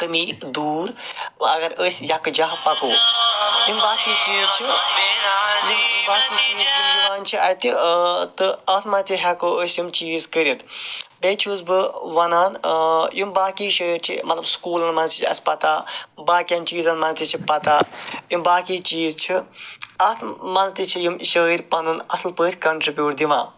کٔمی دوٗر وۄنۍ اگر أسۍ یَکجاہ پَکو یِم باقٕے چیٖز چھِ یِم باقٕے چیٖز یِم یِوان چھِ اَتہِ تہٕ اَتھ منٛز تہِ ہٮ۪کو أسۍ یِم چیٖز کٔرِتھ بیٚیہِ چھُس بہٕ وَنان یِم باقٕے شٲعِر چھِ مطلب سکوٗلَن منٛز تہِ چھِ اَسہِ پَتَہ باقِیَن چیٖزَن منٛز تہِ چھِ پَتَہ یِم باقٕے چیٖز چھِ اَتھ منٛز تہِ چھِ یِم شٲعِر پَنُن اَصٕل پٲٹھۍ کَنٹِرٛبیوٗٹ دِوان